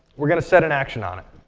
we're going to set an action on it.